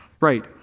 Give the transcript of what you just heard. Right